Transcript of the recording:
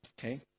Okay